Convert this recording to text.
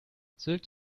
sylt